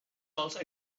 also